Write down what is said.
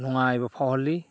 ꯅꯨꯡꯉꯥꯏꯕ ꯐꯥꯎꯍꯜꯂꯤ